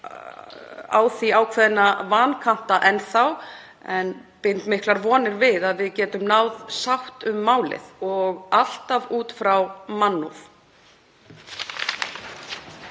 á því ákveðna vankanta en bind miklar vonir við að við getum náð sátt um málið og alltaf út frá mannúð.